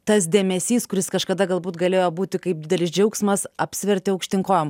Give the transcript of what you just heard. tas dėmesys kuris kažkada galbūt galėjo būti kaip didelis džiaugsmas apsivertė aukštyn kojom